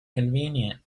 convenient